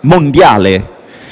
mondiale.